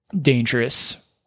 dangerous